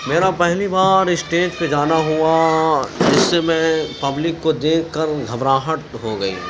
میرا پہلی بار اسٹیج پہ جانا ہُوا جس سے میں پبلک کو دیکھ کر گھبراہٹ ہو گئی